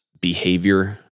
behavior